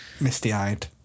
Misty-eyed